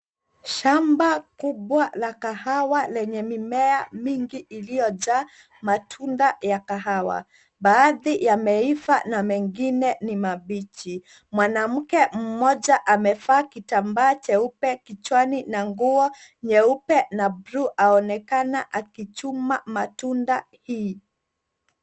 Shamba kubwa la kahawa lenye mimea mingi iliyojaa matunda ya kahawa. Baadhi yameiva na mengine ni mabichi. Mwanamke mmoja amevaa kitambaa cheupe kichwani na nguo nyeupe na bluu aonekana akichuma matunda hii.